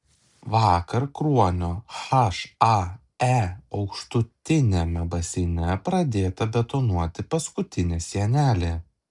vakar kruonio hae aukštutiniame baseine pradėta betonuoti paskutinė sienelė